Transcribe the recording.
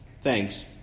thanks